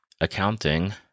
accounting